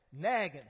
nagging